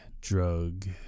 drug